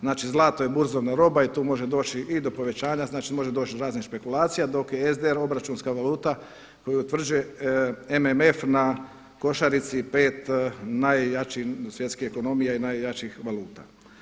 Znači zlato je burzovna roba i tu može doći i do povećanja, može doći do raznih špekulacija, dok je SDR obračunska valuta koju utvrđuje MMF na košarici 5 najjačih svjetskih ekonomija i najjačih valuta.